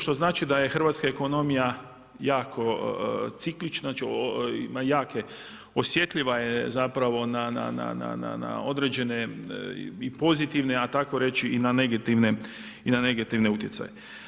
Što znači da je hrvatska ekonomija jako ciklična, osjetljiva je zapravo na određene i pozitivne a tako reći i na negativne utjecaje.